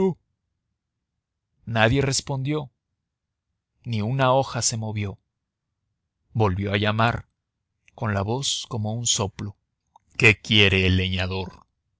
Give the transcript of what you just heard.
nadie respondió ni una hoja se movió volvió a llamar con la voz como un soplo qué quiere el leñador